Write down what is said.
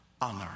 honor